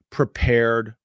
prepared